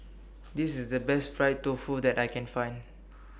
This IS The Best Fried Tofu that I Can Find